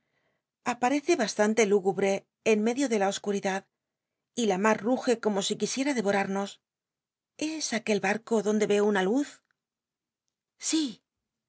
aparece bastante lúgubre en m tlio de la o curidad y la mar ruge como si quisiera devorarnos es aquel barco donde yeo una luz si